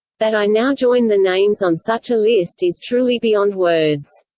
that i now join the names on such a list is truly beyond words.